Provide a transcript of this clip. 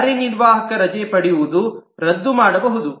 ಕಾರ್ಯನಿರ್ವಾಹಕ ಮಾಡಬಹುದು ರದ್ದು ಮತ್ತು ರಜೆ ಪಡೆಯುವುದು